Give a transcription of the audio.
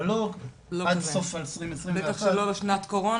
אבל לא עד סוף 2021. בטח לא לשנת קורונה,